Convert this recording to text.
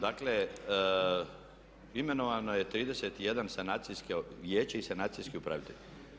Dakle, imenovano je 31 sanacijsko vijeće i sanacijski upravitelj.